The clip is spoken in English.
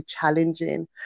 challenging